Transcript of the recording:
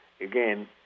again